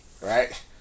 right